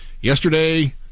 Yesterday